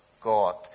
God